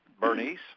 Bernice